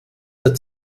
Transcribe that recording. der